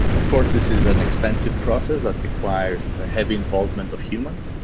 of course, this is an expensive process that requires a heavy involvement of humans,